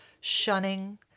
shunning